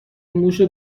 موش